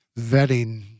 vetting